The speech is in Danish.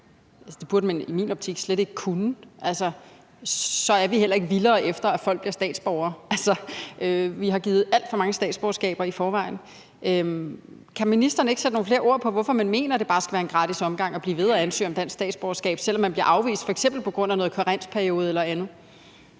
Det burde man i min optik slet ikke kunne. Så er vi heller ikke vildere efter, at folk bliver statsborgere. Vi har givet alt for mange statsborgerskaber i forvejen. Kan ministeren ikke sætte nogle flere ord på, hvorfor man mener, at det bare skal være en gratis omgang at blive ved at ansøge om dansk statsborgerskab, selv om man bliver afvist, f.eks. på grund af en karensperiode eller andet?